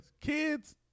Kids